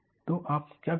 तो आप क्या करते हैं